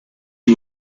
you